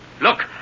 Look